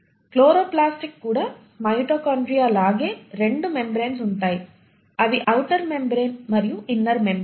chloroplast కి కూడా mitochondria లాగే రెండు మెంబ్రేన్స్ను ఉంటాయి అవి ఔటర్ మెంబ్రేన్ మరియు ఇన్నర్ మెంబ్రేన్